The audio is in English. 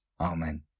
Amen